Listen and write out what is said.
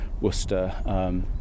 Worcester